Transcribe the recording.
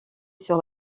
sur